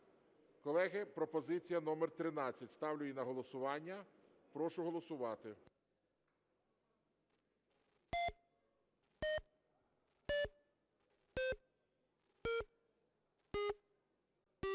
Колеги, пропозиція номер 13. Ставлю її на голосування. Прошу голосувати.